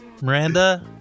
Miranda